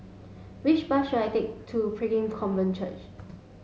which bus should I take to Pilgrim Covenant Church